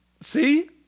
See